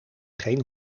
geen